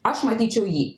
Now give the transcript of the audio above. aš matyčiau jį